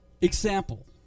example